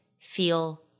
feel